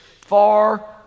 far